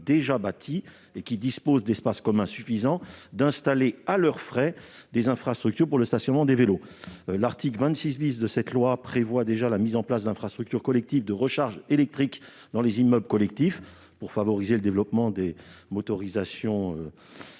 déjà bâti disposant d'espaces communs suffisants d'installer, à leurs frais, des infrastructures pour le stationnement des vélos. L'article 26 du présent projet de loi prévoit la mise en place d'infrastructures collectives de recharge électrique dans les immeubles collectifs, afin de favoriser le développement des motorisations concernées.